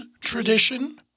tradition